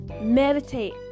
meditate